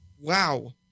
Wow